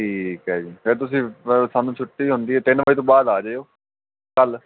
ਠੀਕ ਹੈ ਜੀ ਫਿਰ ਤੁਸੀਂ ਸਾਨੂੰ ਛੁੱਟੀ ਹੁੰਦੀ ਹੈ ਤਿੰਨ ਵਜੇ ਤੋਂ ਬਾਅਦ ਆ ਜਾਇਓ ਕੱਲ੍ਹ